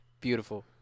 beautiful